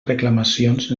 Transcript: reclamacions